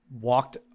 walked